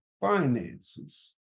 finances